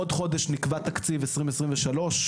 בעוד חודש נקבע תקציב 2023, בתקווה.